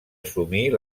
assumir